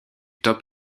top